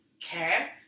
care